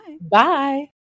Bye